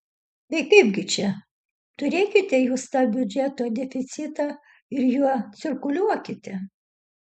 tai kaipgi čia turėkite jūs tą biudžeto deficitą ir juo cirkuliuokite